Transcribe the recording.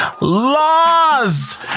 laws